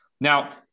Now